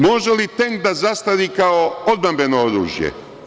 Može li tenk da zastari kao odbrambeno oružje?